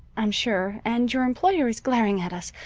i'm sure, and your employer is glaring at us.